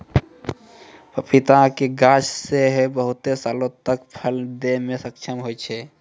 पपीता के गाछ सेहो बहुते सालो तक फल दै मे सक्षम होय छै